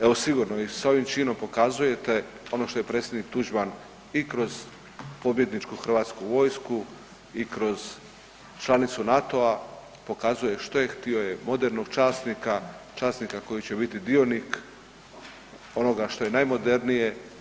Evo sigurno i sa ovim činom pokazujete ono što je predsjednik Tuđman i kroz pobjedničku hrvatsku vojsku i kroz članicu NATO-a pokazuje što je htio, je modernog časnika, časnika koji će biti dionik onoga što je najmodernije.